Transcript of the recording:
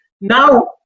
now